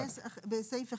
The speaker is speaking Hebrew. זה ייכנס בסעיף 1,